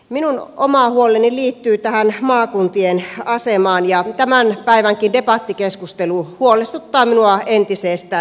minun oma huoleni liittyy tähän maakuntien asemaan ja tämän päivänkin debattikeskustelu huolestuttaa minua entisestään